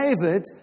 David